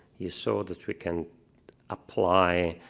you saw that we can apply